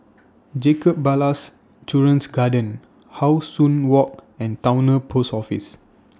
Jacob Ballas Children's Garden How Sun Walk and Towner Post Office